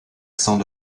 absents